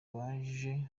baje